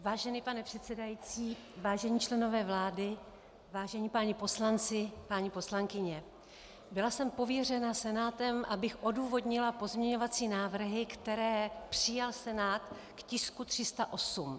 Vážený pane předsedající, vážení členové vlády, vážení páni poslanci, paní poslankyně, byla jsem pověřena Senátem, abych odůvodnila pozměňovací návrhy, které přijal Senát k tisku 308.